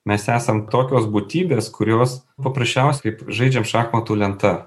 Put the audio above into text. mes esam tokios būtybės kurios paprasčiausia kaip žaidžiam šachmatų lenta